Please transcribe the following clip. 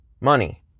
money